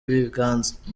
ibiganza